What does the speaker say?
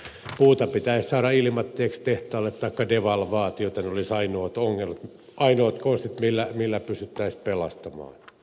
puuta pitäisi saada ilmaiseksi tehtaalle taikka pitäisi tehdä devalvaatio ne olisivat ainoat konstit millä metsäteollisuus pysyttäisiin pelastamaan